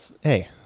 Hey